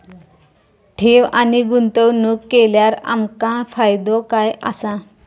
ठेव आणि गुंतवणूक केल्यार आमका फायदो काय आसा?